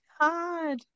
God